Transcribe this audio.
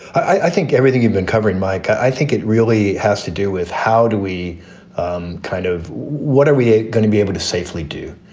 i think everything you've been covering, mike, i think it really has to do with how do we um kind of what are we going to be able to safely do?